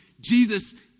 Jesus